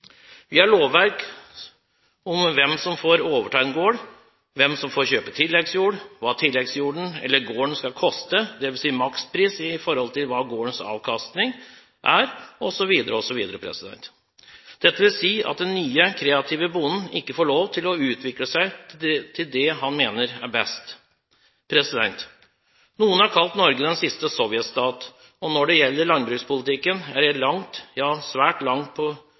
Vi har lovverk om hvem som får overta en gård, hvem som får kjøpe tilleggsjord, hva tilleggsjorden eller gården skal koste – dvs. makspris i forhold til gårdens avkastning – osv. osv. Dette vil si at den nye kreative bonden ikke får lov til å utvikle seg til det han mener er best. Noen har kalt Norge den siste sovjetstat, og når det gjelder landbrukspolitikken, er jeg langt, ja svært langt på